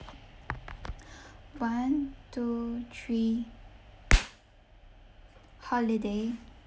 one two three holiday